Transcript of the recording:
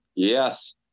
Yes